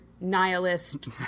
nihilist